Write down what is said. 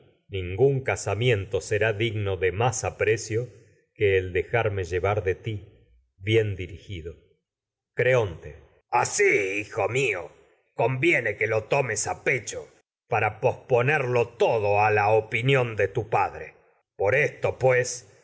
gún casamiento será digno de más aprecio que el dejar me llevar de ti bien dirigido asi hijo mío creonte conviene a que lo tomes a pechos por para posponerlo todo desean la opinión de tu padre y esto pues